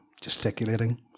gesticulating